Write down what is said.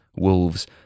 Wolves